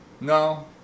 No